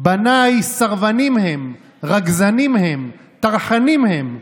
"בניי סרבנים הם, רגזנים הם, טרחנים הם.